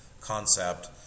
concept